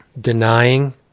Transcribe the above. denying